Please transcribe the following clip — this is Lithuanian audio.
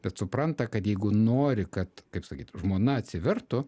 bet supranta kad jeigu nori kad kaip sakyt žmona atsivertų